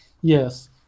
Yes